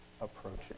approaching